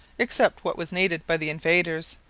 except what was needed by the invaders,